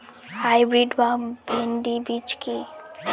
Hybrid ভীন্ডি বীজ কি?